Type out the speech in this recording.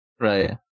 Right